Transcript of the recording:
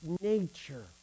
nature